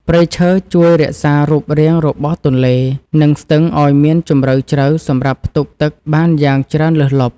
ព្រៃឈើជួយរក្សារូបរាងរបស់ទន្លេនិងស្ទឹងឱ្យមានជម្រៅជ្រៅសម្រាប់ផ្ទុកទឹកបានយ៉ាងច្រើនលើសលប់។ព្រៃឈើជួយរក្សារូបរាងរបស់ទន្លេនិងស្ទឹងឱ្យមានជម្រៅជ្រៅសម្រាប់ផ្ទុកទឹកបានយ៉ាងច្រើនលើសលប់។